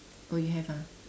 oh you have ah